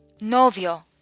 novio